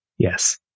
Yes